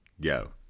Go